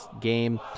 game